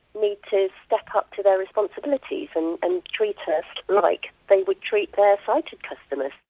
need to step up to their responsibilities and and treat us like they would treat their sighted customers.